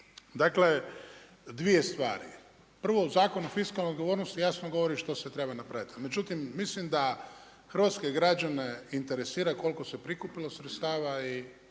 dakle dvije stvari, prvo u Zakonu o fiskalnoj odgovornosti jasno govori što se treba napraviti, međutim mislim da hrvatske građane interesira koliko se prikupilo sredstava i